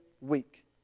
week